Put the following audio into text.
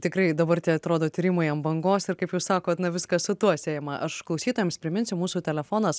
tikrai dabar tie atrodo tyrimai ant bangos ir kaip jūs sakot na viskas su tuo siejama aš klausytojams priminsiu mūsų telefonas